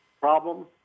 problem